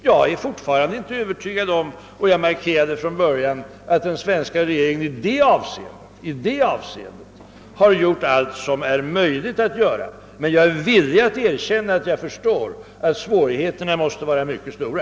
Jag är fortfarande inte övertygad om — jag markerade det från början — att den svenska regeringen i det avseendet har gjort allt som är möjligt att göra, men jag är villig erkänna att jag förstår att svårigheterna måste vara mycket stora.